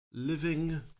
Living